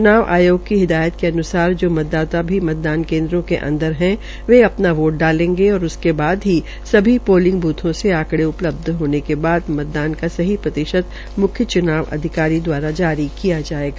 च्नाव आयाग आयाग की हिदायत के अन्सार ज मतदाता भी मतदान केन्द्रों के अंदर है वे अपना वाट्ट डालेंगे और उसके बाद ही सभी पालिंग बूथों से आकंड़े उपलब्ध हाजे के बाद मतदान का सही प्रतिशत मुख्य च्नाव अधिकारी दवारा जारी किया जायेगा